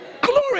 Glory